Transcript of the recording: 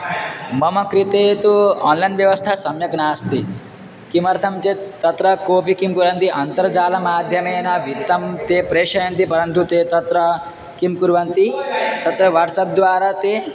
मम कृते तु आन्लैन् व्यवस्था सम्यक् नास्ति किमर्थं चेत् तत्र कोपि किं कुर्वन्ति अन्तर्जालमाध्यमेन वित्तं ते प्रेषयन्ति परन्तु ते तत्र किं कुर्वन्ति तत्र वाट्सप् द्वारा ते